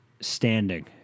standing